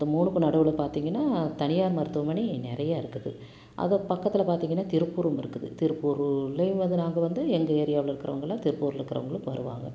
இந்த மூணுக்கும் நடுவில் பார்த்திங்கன்னா தனியார் மருத்துவமனை நிறைய இருக்குது அது பக்கத்தில் பார்த்திங்கன்னா திருப்பூரும் இருக்குது திருப்பூர்லையும் வந்து நாங்கள் வந்து எங்கள் ஏரியாவில் இருக்கிறவங்கலாம் திருப்பூர்ல இருக்கிறவங்களும் வருவாங்க